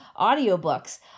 audiobooks